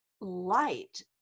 light